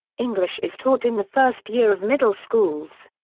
english is taught in the first year of middle schools.